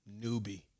newbie